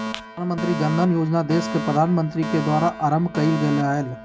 प्रधानमंत्री जन धन योजना देश के प्रधानमंत्री के द्वारा आरंभ कइल गेलय हल